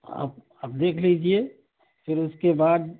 آپ آپ دیکھ لیجیے پھر اس کے بعد